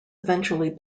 eventually